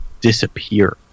disappear